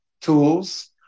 tools